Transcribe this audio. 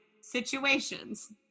situations